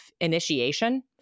initiation